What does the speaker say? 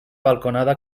balconada